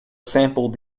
sample